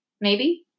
Maybe